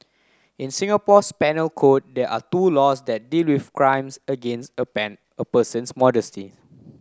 in Singapore's penal code there are two laws that with crimes against a ban a person's modesty